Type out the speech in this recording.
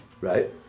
Right